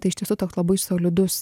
tai iš tiesų labai solidus